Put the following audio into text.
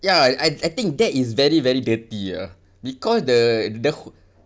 ya I I think that is very very dirty ah because the the